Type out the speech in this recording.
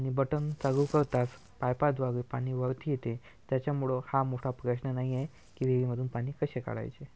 आणि बटन चालू करताच पाईपाद्वारे पाणी वरती येते त्याच्यामुळे हा मोठा प्रश्न नाही आहे की विहिरीमधून पाणी कसे काढायचे